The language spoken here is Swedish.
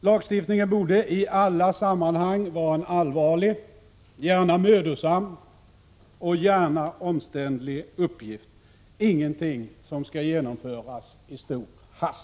Lagstiftning borde i alla sammanhang vara en allvarlig, gärna mödosam och omständlig uppgift, ingenting som skall genomföras i stor hast.